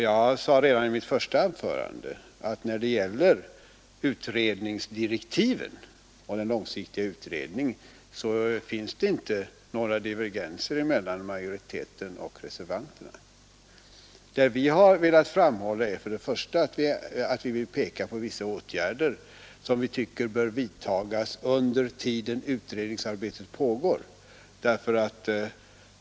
Jag betonade redan i mitt första anförande att när det gäller direktiven för den långsiktiga utredningen finns det inte några divergenser mellan majoriteten och reservanterna. Det vi velat framhålla är att vi tycker att vissa åtgärder bör vidtas under tiden utredningsarbetet pågår.